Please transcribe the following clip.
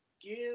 give